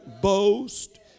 boast